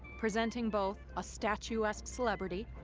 presenting both a statuesque celebrity,